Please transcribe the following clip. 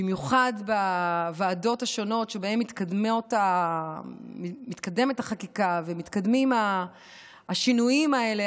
במיוחד בוועדות השונות שבהן מתקדמת החקיקה ומתקדמים השינויים האלה,